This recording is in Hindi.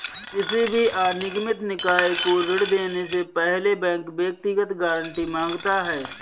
किसी भी अनिगमित निकाय को ऋण देने से पहले बैंक व्यक्तिगत गारंटी माँगता है